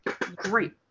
Great